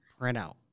printout